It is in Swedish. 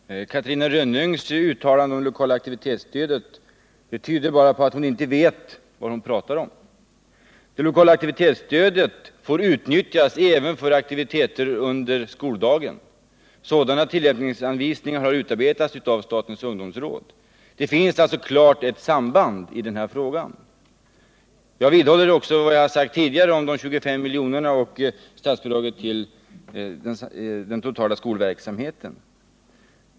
Herr talman! Catarina Rönnungs uttalande om det lokala aktivitetsstödet tyder bara på att hon inte vet vad hon pratar om. Det lokala aktivitetsstödet får utnyttjas även för aktiviteter under skoldagen. Sådana tillämpningsanvisningar har utarbetats av statens ungdomsråd. Det finns alltså ett klart samband i den här frågan. Jag vidhåller också vad jag sagt tidigare om de 25 miljonerna och statsbidraget till den totala skolverksamheten.